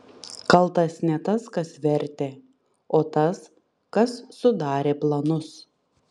kaltas ne tas kas vertė o tas kas sudarė planus